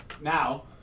Now